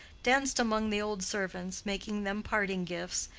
danced among the old servants, making them parting gifts,